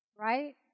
right